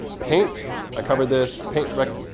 paint i covered this. paint recs,